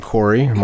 Corey